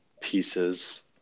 pieces